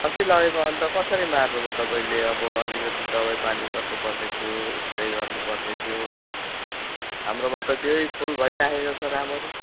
अस्ति लगेको अन्त कसरी मार्नुभयो तपाईँले अब अलिकति दबाई पानी गर्नु पर्ने थियो स्प्रे गर्नु पर्ने थियो हो हाम्रोमा त त्यही फुल भइराखेको छ राम्ररी